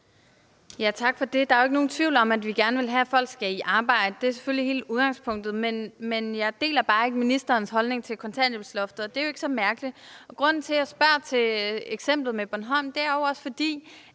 Tak for det. Der er ikke nogen tvivl om, at vi gerne vil have, folk kommer i arbejde. Det er selvfølgelig hele udgangspunktet. Men jeg deler bare ikke ministerens holdning til kontanthjælpsloftet, og det er jo ikke så mærkeligt. Grunden til, at jeg spørger til eksemplet fra Bornholm, er, at jeg synes,